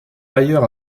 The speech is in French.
ailleurs